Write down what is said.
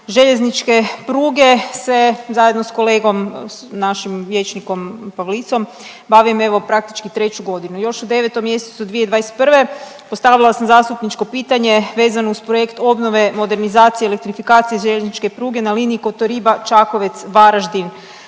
željezničke pruge se zajedno sa kolegom našim vijećnikom Pavlicom bavim evo praktički treću godinu. Još u 9 mjesecu 2021. postavila sam zastupničko pitanje vezano uz projekt obnove modernizacije elektrifikacije željezničke pruge na liniji Kotoriba-Čakovec-Varaždin-Novi